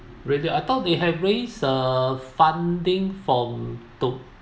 really I thought they have raised a funding from